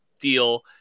deal